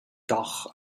dach